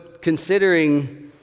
considering